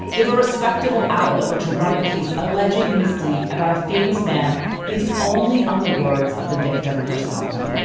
if a respectable outlet were to run a piece alleging misdeeds about a famous man based only on the words of the victim herself